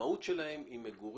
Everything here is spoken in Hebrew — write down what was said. המהות של בנייני מגורים היא מגורים.